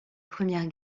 première